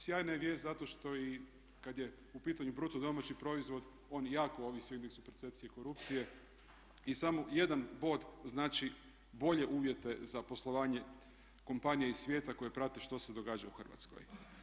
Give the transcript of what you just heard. Sjajna je vijest zato što i kad je u pitanju bruto domaći proizvod on jako ovisi o indeksu percepcije korupcije i samo jedan bod znači bolje uvjete za poslovanje kompanije i svijeta koje prate što se događa u Hrvatskoj.